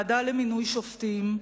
הוועדה למינוי שופטים,